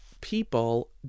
people